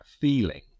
feeling